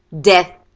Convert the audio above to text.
death